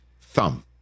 thumb